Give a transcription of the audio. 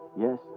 Yes